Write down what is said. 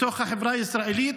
היה בחברה הישראלית,